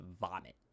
vomit